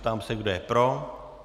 Ptám se, kdo je pro.